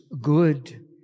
good